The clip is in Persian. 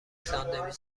ساندویچ